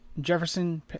Jefferson